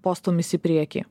postūmis į priekį